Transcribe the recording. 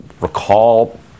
recall